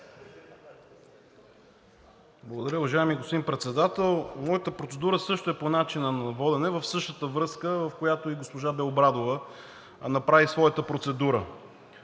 Благодаря, уважаеми господин Председател. Моята процедура също е по начина на водене, в същата връзка, в която и госпожа Белобрадова направи своята.